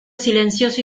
silencioso